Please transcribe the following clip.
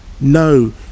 No